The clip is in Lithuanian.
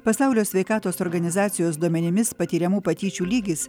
pasaulio sveikatos organizacijos duomenimis patiriamų patyčių lygis